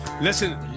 Listen